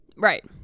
Right